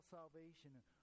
salvation